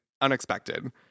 unexpected